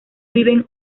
viven